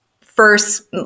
first